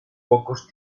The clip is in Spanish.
pocos